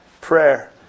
prayer